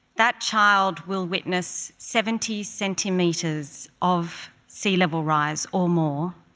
that child will witness seventy centimetres of sea level rise or more,